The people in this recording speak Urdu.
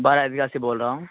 بارہ عید گاہ سے بول رہا ہوں